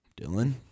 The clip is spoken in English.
Dylan